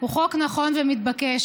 הוא חוק נכון ומתבקש.